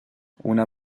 una